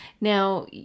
Now